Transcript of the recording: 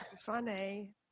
Funny